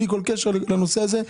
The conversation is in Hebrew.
בלי כל קשר לנושא הזה.